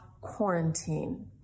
quarantine